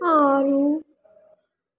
ಆರು